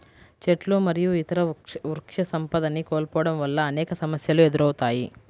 చెట్లు మరియు ఇతర వృక్షసంపదని కోల్పోవడం వల్ల అనేక సమస్యలు ఎదురవుతాయి